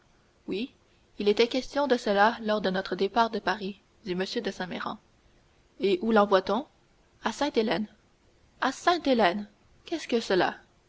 oui il était question de cela lors de notre départ de paris dit m de saint méran et où lenvoie t on à sainte-hélène à sainte-hélène qu'est-ce que cela